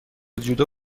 جودو